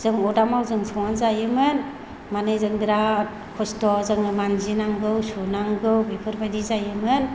जों अरदाबाव जों संनानै जायोमोन माने जों बिराद खस्थ' जोङो मानजिनांगौ सुनांगौ बेफोरबायदि जायोमोन